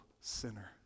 sinner